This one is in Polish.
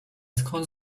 skąd